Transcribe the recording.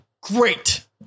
great